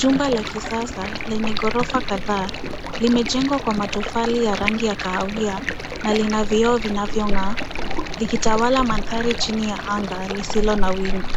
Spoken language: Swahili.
Jumba la kisasa lenye ghorofa kadhaa limejengwa kwa matofali ya rangi ya kahawia na lina vioo vinavyong'aa likitawa mandhari chini ya anga lisilo na wingu.